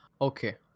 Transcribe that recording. Okay